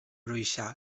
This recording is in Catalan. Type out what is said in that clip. bruixa